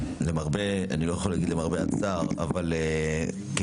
אני לא יכול להגיד למרבה הצער אבל דווקא